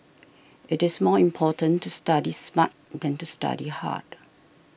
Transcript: it is more important to study smart than to study hard